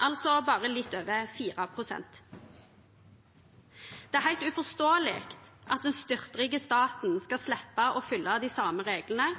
altså bare litt over 4 pst. Det er helt uforståelig at den styrtrike staten skal slippe å følge de samme reglene